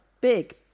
big